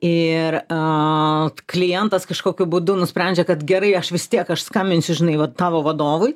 ir klientas kažkokiu būdu nusprendžia kad gerai aš vis tiek aš skambinsiu žinai vat tavo vadovui